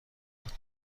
بود